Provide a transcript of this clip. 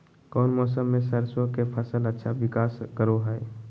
कौन मौसम मैं सरसों के फसल अच्छा विकास करो हय?